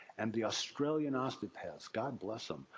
and, the australian osteopaths, god bless em.